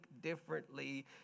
differently